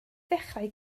ddechrau